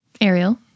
Ariel